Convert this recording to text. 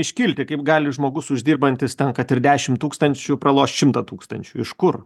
iškilti kaip gali žmogus uždirbantis ten kad ir dešimt tūkstančių pralošt šimtą tūkstančių iš kur